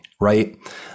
right